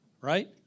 right